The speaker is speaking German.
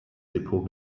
depot